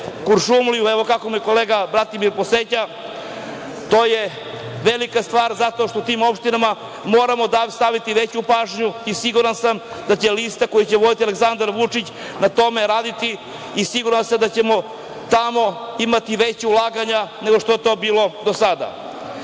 Kuršumliju, evo, kolega Bratimir me podseća. To je velika stvar, zato što na te opštine moramo obratiti veću pažnju i siguran sam da će lista koju će voditi Aleksandar Vučić na tome raditi i siguran sam da ćemo tamo imati veća ulaganja nego što je to bilo do sada. Evo